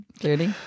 clearly